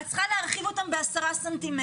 את צריכה להרחיב אותן ב-10 ס"מ'.